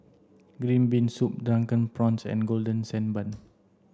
green bean soup drunken prawns and golden sand bun